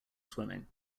swimming